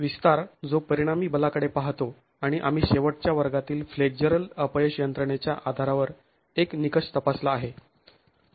विस्तार जो परिणामी बलाकडे पाहतो आणि आम्ही शेवटच्या वर्गातील फ्लेक्झरल अपयश यंत्रणेच्या आधारावर एक निकष तपासला आहे